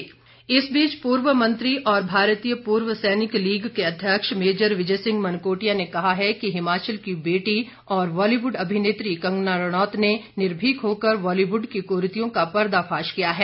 मनकोटिया इस बीच पूर्व मंत्री और भारतीय पूर्व सैनिक लीग के अध्यक्ष मेजर विजय सिंह मनकोटिया ने कहा है कि हिमाचल की बेटी व बॉलीवुड अभिनेत्री कंगना रणौत ने निर्भीक होकर बॉलीवुड की कुरीतियों का पर्दाफाश किया है